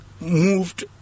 moved